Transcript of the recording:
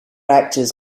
actors